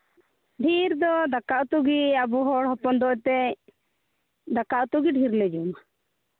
ᱰᱷᱮᱨ ᱫᱚ ᱫᱟᱠᱟ ᱩᱛᱩ ᱜᱮ ᱟᱵᱚ ᱦᱚᱲ ᱦᱚᱯᱚᱱ ᱫᱚ ᱮᱱᱛᱮᱫ ᱫᱟᱠᱟ ᱩᱛᱩ ᱜᱮ ᱰᱷᱮᱨ ᱞᱮ ᱡᱚᱢᱟ